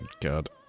God